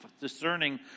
discerning